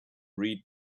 read